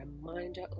reminder